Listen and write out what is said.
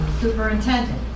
superintendent